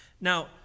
Now